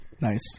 Nice